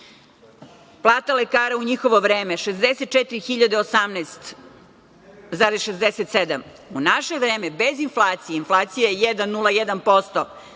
Plata lekara u njihovo vreme 64.018,67. U naše vreme, bez inflacije, inflacija je 1,01%